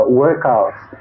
workouts